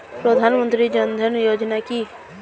প্রধানমন্ত্রী জনধন যোজনা কি?